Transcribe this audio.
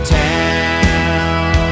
town